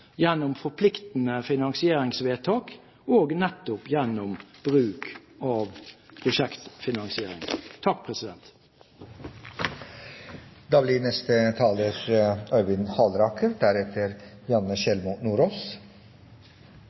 gjennom forpliktende finansieringsvedtak og gjennom bruk av nettopp prosjektfinansiering.